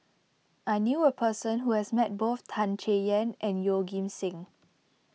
I knew a person who has met both Tan Chay Yan and Yeoh Ghim Seng